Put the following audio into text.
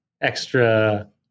extra